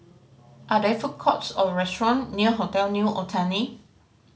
are there food courts or restaurant near Hotel New Otani